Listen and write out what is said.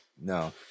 no